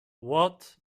what